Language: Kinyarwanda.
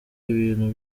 ibintu